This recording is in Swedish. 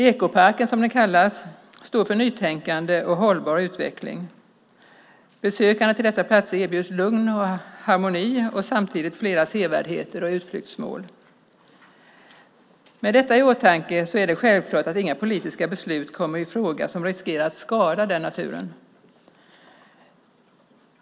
Ekoparken står för nytänkande och hållbar utveckling. Besökarna till dessa platser erbjuds lugn och harmoni och samtidigt flera sevärdheter och utflyktsmål. Med detta i åtanke är det självklart att inga politiska beslut kommer i fråga som riskerar att skada den naturen.